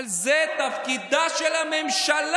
אבל זה תפקידה של הממשלה.